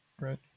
Right